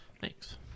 Thanks